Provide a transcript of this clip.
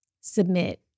submit